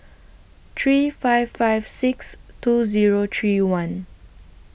three five five six two Zero three one